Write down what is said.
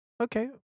okay